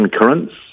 currents